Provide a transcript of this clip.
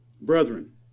Brethren